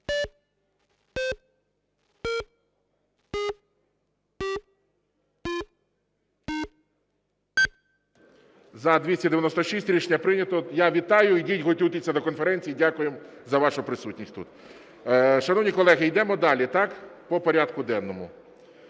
За-296 Рішення прийнято. Я вітаю, йдіть, готуйтеся до конференції. Дякуємо за вашу присутність тут. Шановні колеги, йдемо далі по порядку денному.